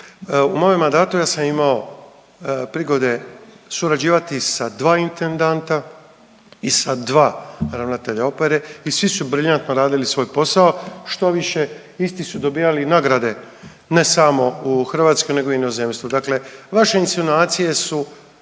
U mojem mandatu ja sam imao prigode surađivati sa dva intendanta i sa dva ravnatelja Opere i svi su briljantno radili svoj posao, štoviše isti su dobivali i nagrade ne samo u Hrvatskoj nego i u inozemstvu, dakle vaše insinuacije su